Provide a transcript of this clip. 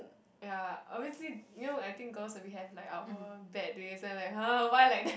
ya obviously you know I think girls where we have like our bad days then like !huh! why like that